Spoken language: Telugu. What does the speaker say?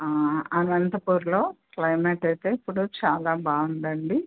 అనంతపూర్లో క్లైమేట్ అయితే ఇప్పుడు చాలా బాగుంది అండి